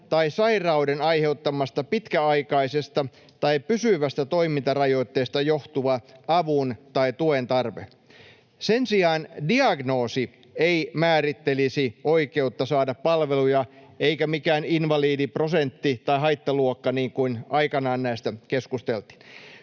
tai sairauden aiheuttamasta pitkäaikaisesta tai pysyvästä toimintarajoitteesta johtuva avun tai tuen tarve. Sen sijaan diagnoosi ei määrittelisi oikeutta saada palveluja — eikä mikään invalidiprosentti tai haittaluokka, mistä aikanaan keskusteltiin.